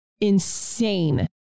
insane